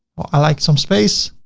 or i like some space.